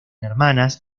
hermanas